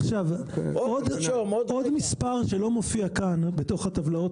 עוד מספר שלא מופיע כאן בתוך הטבלאות